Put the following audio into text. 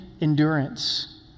endurance